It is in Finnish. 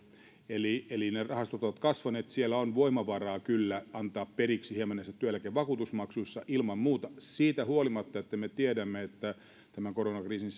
rahastot ovat kasvaneet eli siellä on kyllä ilman muuta voimavaraa antaa hieman periksi näissä työeläkevakuutusmaksuissa siitä huolimatta että me tiedämme että tämän koronakriisin